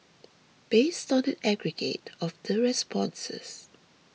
based on an aggregate of the responses